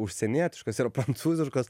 užsienietiškos yra prancūziškos